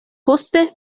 poste